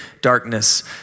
darkness